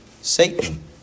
Satan